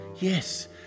yes